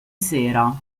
sera